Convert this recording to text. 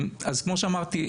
אז כמו שאמרתי,